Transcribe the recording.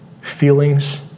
feelings